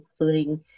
including